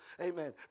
Amen